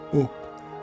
Up